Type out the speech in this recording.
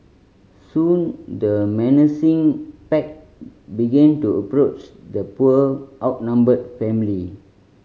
soon the menacing pack began to approach the poor outnumbered family